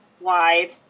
wide